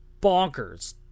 bonkers